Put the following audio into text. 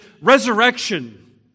resurrection